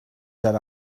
set